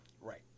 Right